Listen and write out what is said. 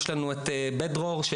יש לנו את בית דרור,